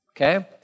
Okay